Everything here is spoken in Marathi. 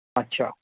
अच्छा